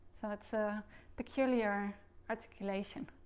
so it's a peculiar articulation.